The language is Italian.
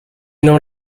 non